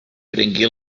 prengué